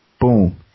boom